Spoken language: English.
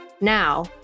Now